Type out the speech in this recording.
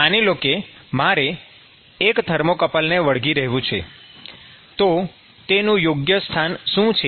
માની લો કે મારે એક થર્મોકપલને વળગી રહેવું છે તો તેનું યોગ્ય સ્થાન શું છે